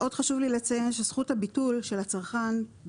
עוד חשוב לי לציין שזכות הביטול של הצרכן,